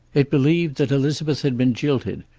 it believed that elizabeth had been jilted,